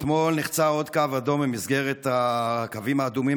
אתמול נחצה עוד קו אדום במסגרת הקווים האדומים